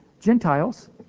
Gentiles